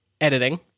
editing